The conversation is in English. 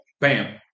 bam